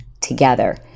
together